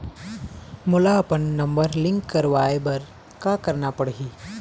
मोला अपन number link करवाये बर का करना पड़ही?